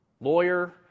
lawyer